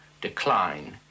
decline